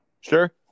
Sure